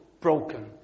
broken